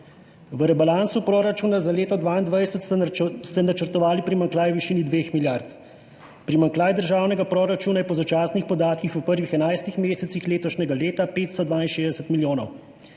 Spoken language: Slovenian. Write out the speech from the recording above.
V rebalansu proračuna za leto 2022 ste načrtovali primanjkljaj v višini dveh milijard, primanjkljaj državnega proračuna je po začasnih podatkih v prvih 11 mesecih letošnjega leta 562 milijonov.